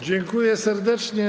Dziękuję serdecznie.